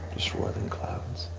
just roiling clouds.